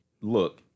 look